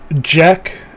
Jack